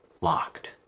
locked